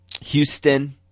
Houston